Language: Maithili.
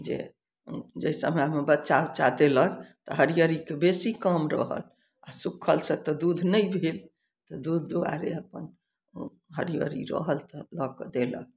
जे जाहि समयमे बच्चा उच्चा देलक तऽ हरियरीके बेसी काम रहल आ सुक्खल से तऽ दूध नहि भेल तऽ दूध दुआरे अपन ओ हरियरी रहल तऽ लऽ कऽ देलक